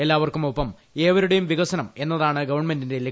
എല്ലാവർക്കുമൊപ്പം ഏവരുടെയും വികസനം എന്നതാണ് ഗവണ്മെന്റിന്റെ ലക്ഷ്യം